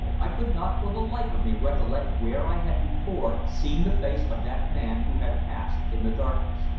i could not for the life of me recollect where i had before seen the face of that man who had passed in the darkness.